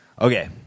Okay